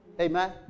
Amen